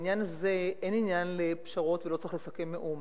בעניין הזה אין עניין לפשרות ולא צריך לסכם מאומה.